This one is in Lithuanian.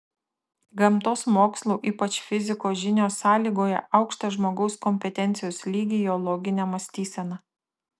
gamtos mokslų ypač fizikos žinios sąlygoja aukštą žmogaus kompetencijos lygį jo loginę mąstyseną